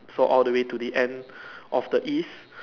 so all the way to the end of the east